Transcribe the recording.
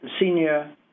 senior